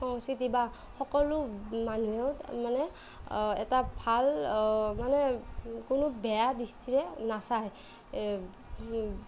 সংস্কৃতি বা সকলো মানুহেও মানে এটা ভাল মানে কোনো বেয়া দৃষ্টিৰে নাচায়